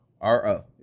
R-O